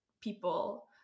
people